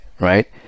right